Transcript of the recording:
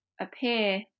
appear